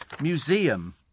Museum